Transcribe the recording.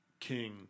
King